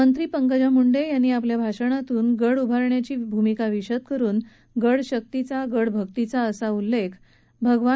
मंत्री पंकजा मुंडे यांनी आपल्या भाषणातून गड उभारण्याची भूमिका विशद करून गड शक्तीचा गड भक्तीचा असा उल्लेख भगवान भक्ती गडाबाबत केला